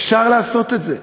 אפשר לעשות את זה,